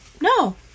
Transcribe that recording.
no